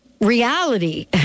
reality